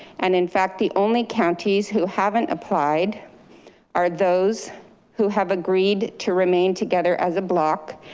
and in fact, the only counties who haven't applied are those who have agreed to remain together as a block.